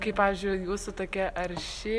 kaip pavyzdžiui jūsų tokia arši